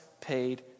paid